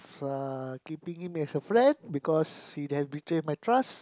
uh keeping him as a friend because he had betray my trust